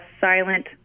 silent